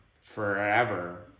forever